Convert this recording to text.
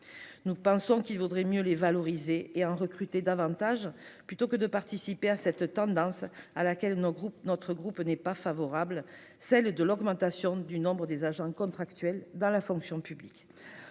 Nous pensons qu'il vaudrait mieux valoriser ce métier et recruter davantage d'inspecteurs plutôt que de participer à une tendance à laquelle notre groupe n'est pas favorable : l'augmentation du nombre des agents contractuels dans la fonction publique.